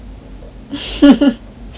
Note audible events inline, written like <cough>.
<noise> don't want